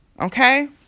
Okay